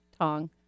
Tong